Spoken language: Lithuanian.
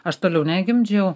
aš toliau negimdžiau